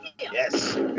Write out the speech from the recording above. Yes